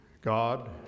god